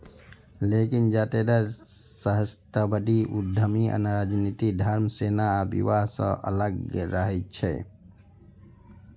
लेकिन जादेतर सहस्राब्दी उद्यमी राजनीति, धर्म, सेना आ विवाह सं अलग रहै छै